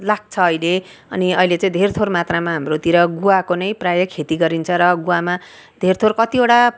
लाग्छ अहिले अनि अहिले चाहिँ धेर थोर मात्रमा हाम्रोतिर गुवाको नै प्रायः खेती गरिन्छ र गुवामा धेर थोर कतिवटा